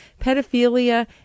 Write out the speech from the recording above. pedophilia